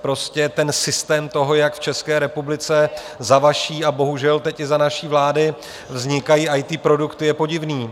Prostě ten systém toho, jak v České republice za vaší a bohužel teď i za naší vlády vznikají IT produkty, je podivný.